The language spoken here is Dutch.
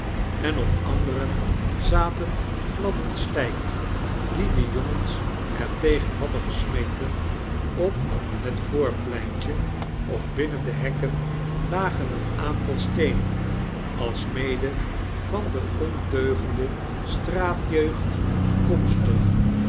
en op anderen zaten kladden slyk die de jongens er tegen hadden gesmeten op het voorpleintje of binnen de hekken lagen een aantal steenen almede van de ondeugende straatjeugd afkomstig